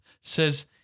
says